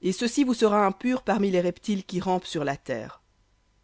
et ceci vous sera impur parmi les reptiles qui rampent sur la terre